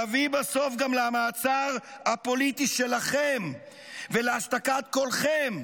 תביא בסוף גם למעצר הפוליטי שלכם ולהשתקת קולכם.